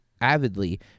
avidly